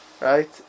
Right